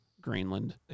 Greenland